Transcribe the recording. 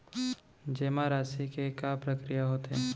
जेमा राशि के का प्रक्रिया होथे?